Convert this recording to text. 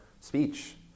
speech